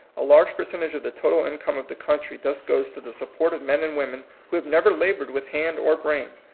a large percentage of the total income of the country thus goes to the support of men and women who have never labored with hand or brain.